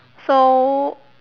so